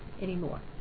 anymore